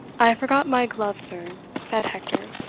i forgot my glove, sir, said hector.